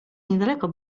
niedaleko